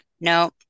No